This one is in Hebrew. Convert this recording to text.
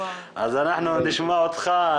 אז אנחנו נשמע אותך,